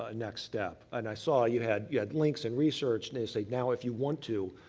ah next step? and i saw you had you had links and research, and they say, now, if you want to,